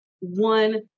one